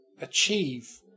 achieve